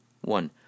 One